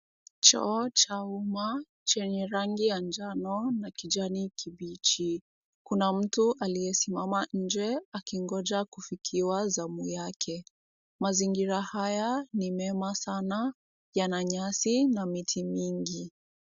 Choo cha umma chenye rangi ya jano na kijani kibichi. Kuna mtu aliyesimama nje akigoja kufikiwa zamu yake. Mazingira haya ni mema sana. Yana nyasi na miti mingi.